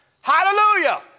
Hallelujah